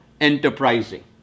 enterprising